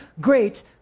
Great